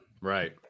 Right